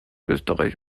österreich